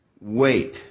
Wait